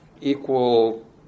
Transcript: equal